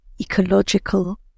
ecological